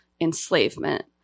enslavement